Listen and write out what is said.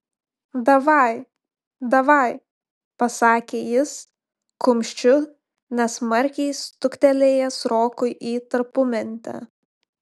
davai davaj pasakė jis kumščiu nesmarkiai stuktelėjęs rokui į tarpumentę